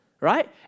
right